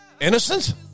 innocent